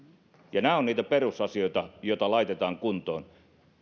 nämä ovat niitä perusasioita joita laitetaan kuntoon